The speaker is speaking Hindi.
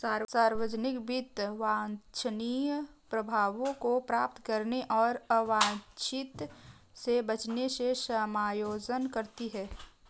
सार्वजनिक वित्त वांछनीय प्रभावों को प्राप्त करने और अवांछित से बचने से समायोजन करती है